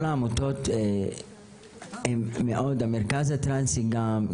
כל העמותות מאוד, המרכז הטרנסי גם.